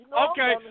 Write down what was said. Okay